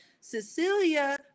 Cecilia